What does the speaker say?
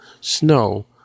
snow